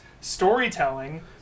storytelling